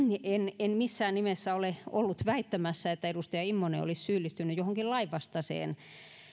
en en missään nimessä ole ollut väittämässä että edustaja immonen olisi syyllistynyt johonkin lainvastaiseen